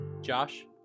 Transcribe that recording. Josh